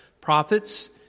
prophets